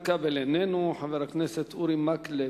חבר הכנסת איתן כבל,